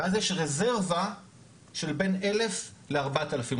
ואז יש רזרבה של בין 1,000 ל-4,000,